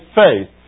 faith